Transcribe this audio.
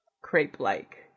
Crepe-like